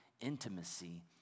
intimacy